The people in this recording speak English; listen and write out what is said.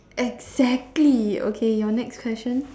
exactly okay your next question